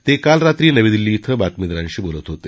ते काल रात्री नवी दिल्ली क्षें बातमीदारांशी बोलत होते